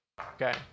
Okay